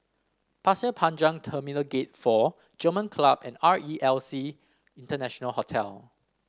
Pasir Panjang Terminal Gate Four German Club and R E L C International Hotel